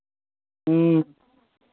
ह्म्म